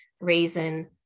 reason